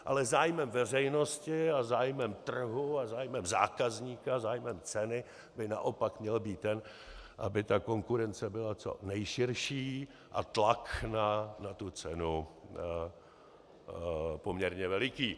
Ale zájem veřejnosti a zájem trhu a zájem zákazníka, zájem ceny by naopak měl být ten, aby ta konkurence byla co nejširší a tlak na cenu poměrně veliký.